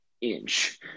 inch